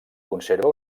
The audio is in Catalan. conserva